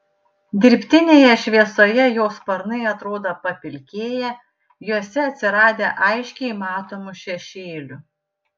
dirbtinėje šviesoje jo sparnai atrodo papilkėję juose atsiradę aiškiai matomų šešėlių